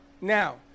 now